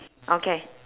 okay